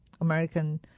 American